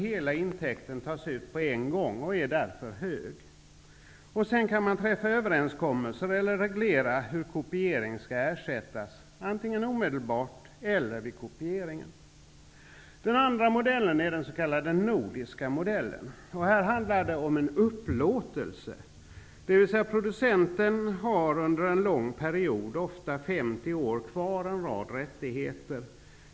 Hela intäkten tas ut på en gång och är därför hög. Man kan träffa överenskommelser om eller reglera hur kopiering skall ersättas, antingen omedelbart eller vid kopieringen. För det andra har vi den s.k. nordiska modellen. Här handlar det om en upplåtelse. Producenten har under en lång period, ofta 50 år, kvar en rad rättigheter.